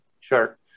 Sure